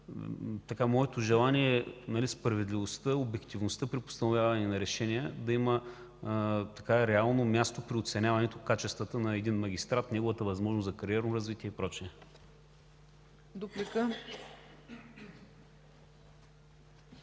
колкото желанието ми справедливостта и обективността при постановяване на решения да има реално място при оценяване качествата на един магистрат, неговата възможност за кариерно развитие и прочие.